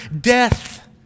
death